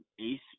ace